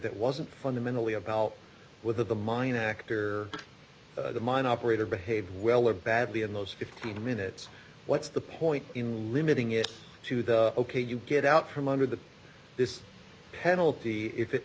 that wasn't fundamentally about whether the mine act or the mine operator behaved well or badly in those fifteen minutes what's the point in limiting it to the ok you get out from under the this penalty if it